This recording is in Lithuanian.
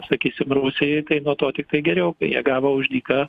sakysim rusijai tai nuo to tiktai geriau kai jie gavo už dyką